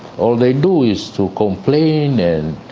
all they do is to complain and